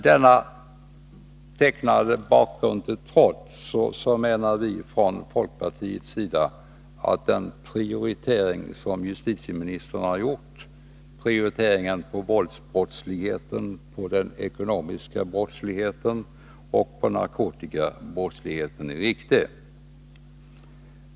Denna tecknade bakgrund till trots menar vi från folkpartiets sida att den prioritering som justitieministern har gjort, dvs. prioriteringen på våldsbrottsligheten, på den ekonomiska brottsligheten och på narkotikabrottsligheten, är riktig.